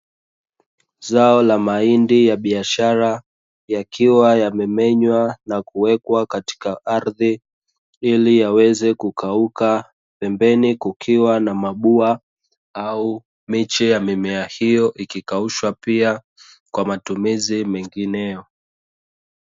Zao la mahindi ya biashara yakiwa yamemenywa na kuwekwa katika ardhi ili yaweze kukauka, na pembeni kukiwa na mabua au miche ya mimea hiyo ikikaushwa pia kwa ajili ya matumizi mengineyo.